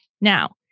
Now